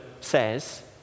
says